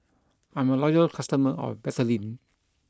I'm a loyal customer of Betadine